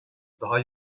daha